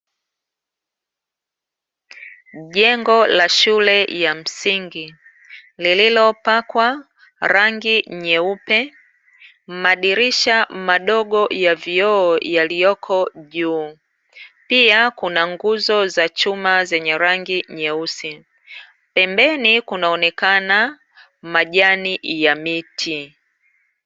Jengo la shule ya msingi lililopakwa rangi nyeupe, madirisha madogo ya vioo yaliyoko juu, pia kuna nguzo za chuma zenye rangi nyeusi, pembeni kunaonekana majani ya miti.